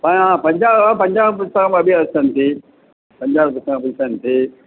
प पञ्जाब् पञ्जाब् पुस्तकमपि सन्ति पञ्जाबपुस्तकमपि सन्ति